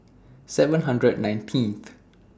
seven hundred nineteenth